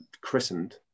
christened